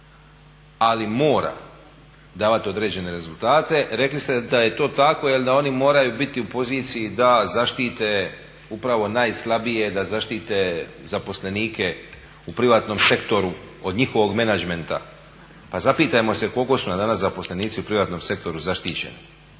ali mora davati određene rezultate. Rekli ste da je to tako jel da oni moraju biti u poziciji da zaštite upravo najslabije, da zaštite zaposlenike u privatnom sektoru od njihovog menadžmenta. Pa zapitajmo se koliko su nam danas zaposlenici u privatnom sektoru zaštićeni.